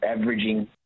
averaging